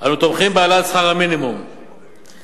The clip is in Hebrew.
אנו תומכים בהעלאת שכר המינימום במגזר